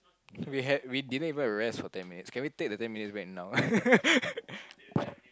can we had we didn't even rest for ten minutes can take the ten minutes right now